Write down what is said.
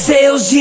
Sales